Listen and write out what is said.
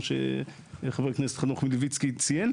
בשביל זה רשות המיסים פה והיא תסביר גם למה לא.